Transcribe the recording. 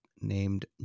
named